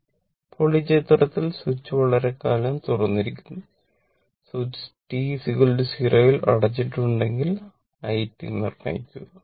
ഇപ്പോൾ ഈ ചിത്രത്തിൽ സ്വിച്ച് വളരെക്കാലം തുറന്നിരിക്കുന്നു സ്വിച്ച് t 0 ൽ അടച്ചിട്ടുണ്ടെങ്കിൽ i നിർണ്ണയിക്കുക